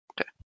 Okay